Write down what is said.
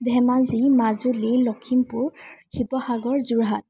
Dhemaji Majuli Lakhimpur Sivasagar Jorhat